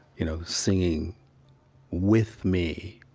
you know, singing with me.